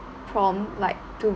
prompt like to